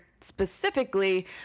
specifically